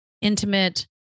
intimate